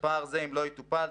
ופער אם זה לא יטופל,